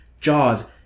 Jaws